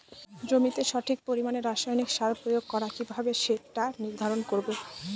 জমিতে সঠিক পরিমাণে রাসায়নিক সার প্রয়োগ করা কিভাবে সেটা নির্ধারণ করব?